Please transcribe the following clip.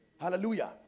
Hallelujah